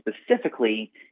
specifically